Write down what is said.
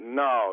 no